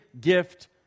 gift